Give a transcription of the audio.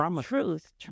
truth